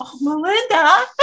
Melinda